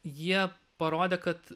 jie parodė kad